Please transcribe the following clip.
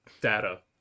data